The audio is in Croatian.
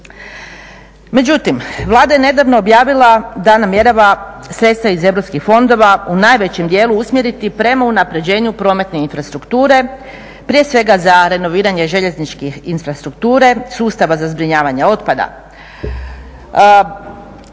Međutim, Vlada je nedavno objavila da namjerava sredstva iz europskih fondova u najvećem dijelu usmjeriti prema unapređenju prometne infrastrukture prije svega za renoviranje željezničke infrastrukture, sustava za zbrinjavanje otpada.